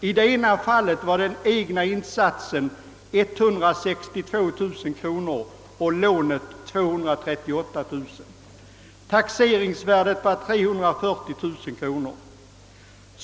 I det ena fallet var den egna insatsen 162 000 kronor och lånet 238 000 kronor. Taxeringsvärdet var 340 000 kronor.